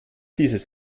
dieses